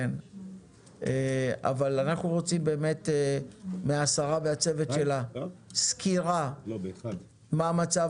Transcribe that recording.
אבל אנחנו רוצים מהשרה והצוות שלה סקירה מה מצב